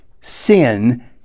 sin